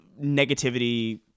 negativity